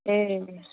ए